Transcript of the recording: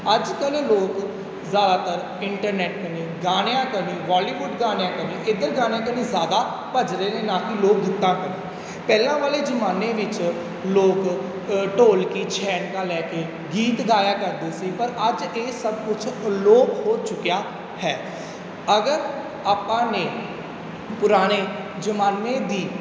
ਅੱਜ ਕੱਲ੍ਹ ਲੋਕ ਜ਼ਿਆਦਾਤਰ ਇੰਟਰਨੈਟ ਨੇ ਗਾਣਿਆਂ ਕਨੀ ਬੋਲੀਵੁੱਡ ਗਾਣਿਆਂ ਕਨੀ ਇੱਧਰ ਗਾਣਿਆਂ ਕਨੀ ਜ਼ਿਆਦਾ ਭੱਜ ਰਹੇ ਨੇ ਨਾ ਕਿ ਲੋਕ ਗੀਤਾਂ ਕਨੀ ਪਹਿਲਾਂ ਵਾਲੇ ਜ਼ਮਾਨੇ ਵਿੱਚ ਲੋਕ ਢੋਲਕੀ ਛੈਣਕਾ ਲੈ ਕੇ ਗੀਤ ਗਾਇਆ ਕਰਦੇ ਸੀ ਪਰ ਅੱਜ ਇਹ ਸਭ ਕੁਛ ਅਲੋਪ ਹੋ ਚੁੱਕਿਆ ਹੈ ਅਗਰ ਆਪਾਂ ਨੇ ਪੁਰਾਣੇ ਜ਼ਮਾਨੇ ਦੀ